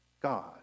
God